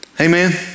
Amen